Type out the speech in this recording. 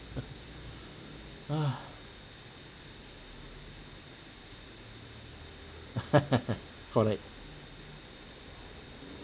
correct